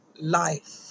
life